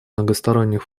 многосторонних